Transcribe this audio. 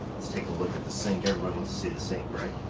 let's take a look at the sink. everyone will see the sink right